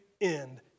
end